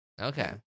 okay